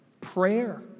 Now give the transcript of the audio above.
Prayer